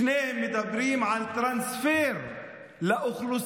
ששניהם מדברים על טרנספר לאוכלוסייה,